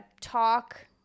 talk